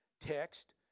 text